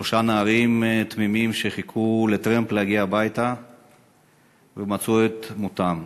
שלושה נערים תמימים שחיכו לטרמפ להגיע הביתה ומצאו את מותם